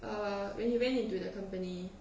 uh when he went into the company